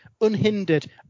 unhindered